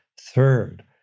third